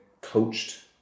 coached